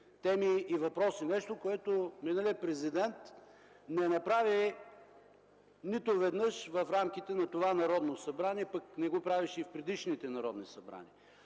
теми и въпроси – нещо, което миналият президент не направи нито веднъж в рамките на това Народно събрание, пък и не го правеше и в предишните народни събрания.